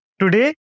today